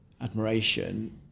admiration